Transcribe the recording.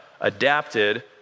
adapted